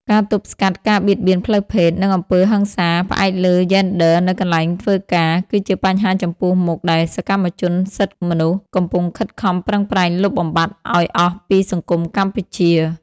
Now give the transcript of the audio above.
ការទប់ស្កាត់ការបៀតបៀនផ្លូវភេទ និងអំពើហិង្សាផ្អែកលើយេនឌ័រនៅកន្លែងធ្វើការ គឺជាបញ្ហាចំពោះមុខដែលសកម្មជនសិទ្ធិមនុស្សកំពុងខិតខំប្រឹងប្រែងលុបបំបាត់ឱ្យអស់ពីសង្គមកម្ពុជា។